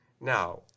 Now